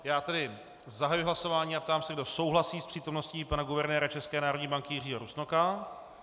Já tedy zahajuji hlasování a ptám se, kdo souhlasí s přítomností pana guvernéra České národní banky Jiřího Rusnoka.